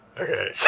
Okay